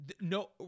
no